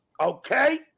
Okay